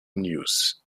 news